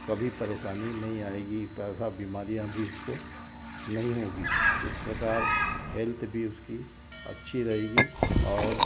कभी परेशानी नहीं आएगी तथा बीमारियाँ भी उसको नहीं होगी इस प्रकार हेल्थ भी उसकी अच्छी रहगी और